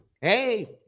Hey